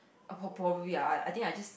prob~ probably ah I I think I just